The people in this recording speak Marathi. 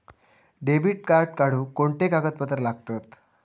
डेबिट कार्ड काढुक कोणते कागदपत्र लागतत?